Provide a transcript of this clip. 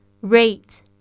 rate